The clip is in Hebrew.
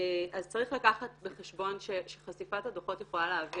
אז צריך לקחת בחשבון שחשיפת הדוחות יכולה להביא